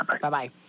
Bye-bye